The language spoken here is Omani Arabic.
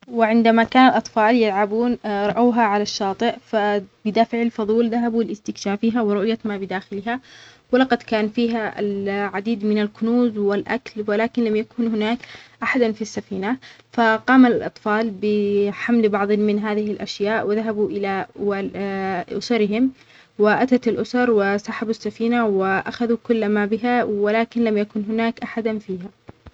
وعندما كان الاطفال يلعبون رأوها على الشاطئ بدافع الفظول ذهبوا لاستكشافها ورؤية ما بداخلها ولقد كان فيها العديد من الكنوز والأكل ولكن لم يكن هناك احدًا في السفينة فقام للاطفال بحمل بعض من هذه الاشياء وذهبوا الى أسرهم وأتت الأسر وسحبوا السفينة واخذوا كل ما بها ولكن لم يكن هناك احدًا فيها.